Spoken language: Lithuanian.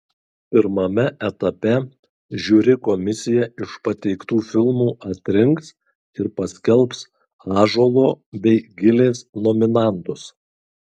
pirmame etape žiuri komisija iš pateiktų filmų atrinks ir paskelbs ąžuolo bei gilės nominantus